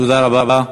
תודה רבה.